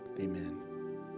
amen